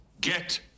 Get